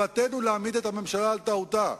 להעמיד את הממשלה על טעותה,